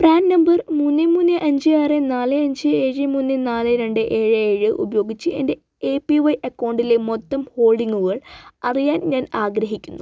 PRAN number മൂന്ന് മൂന്ന് അഞ്ച് ആറ് നാല് അഞ്ച് ഏഴ് മൂന്ന് നാല് രണ്ട് ഏഴ് ഏഴ് ഉപയോഗിച്ച് എന്റെ എ പി വൈ അക്കൗണ്ടിലെ മൊത്തം ഹോൾഡിംഗുകൾ അറിയാൻ ഞാൻ ആഗ്രഹിക്കുന്നു